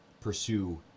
pursue